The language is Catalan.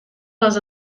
les